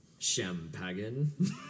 Shampagan